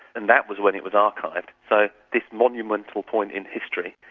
and that was when it was archived. so this monumental point in history,